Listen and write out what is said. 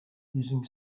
using